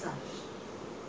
how many years we were there